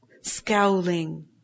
scowling